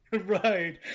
right